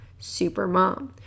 supermom